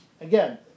Again